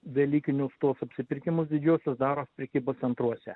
velykinius tuos apsipirkimus didžiuosius daros prekybos centruose